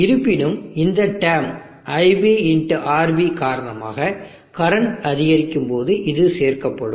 இருப்பினும் இந்த term iB ˟ RB காரணமாக கரண்ட் அதிகரிக்கும் போது இது சேர்க்கப்படும்